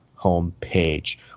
homepage